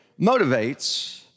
motivates